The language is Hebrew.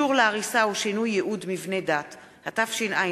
סיוע ואיתור חובה), התשע"ב